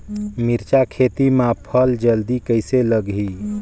मिरचा खेती मां फल जल्दी कइसे लगही?